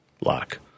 lock